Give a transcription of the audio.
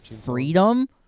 Freedom